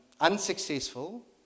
unsuccessful